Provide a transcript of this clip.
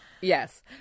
yes